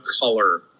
color